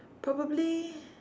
probably